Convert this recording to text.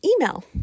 email